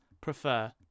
prefer